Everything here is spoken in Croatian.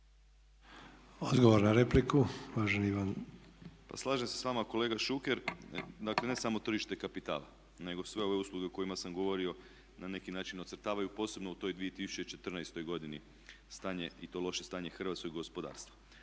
Domagoj Ivan (HDZ)** Slažem se s vama kolega Šuker, dakle ne samo tržište kapitala nego i sve ove usluge o kojima sam govorio na neki način ocrtavaju posebno u toj 2014. godini stanje i to loše stanje hrvatskog gospodarstva.